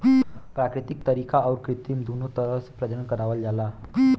प्राकृतिक तरीका आउर कृत्रिम दूनो तरह से प्रजनन करावल जाला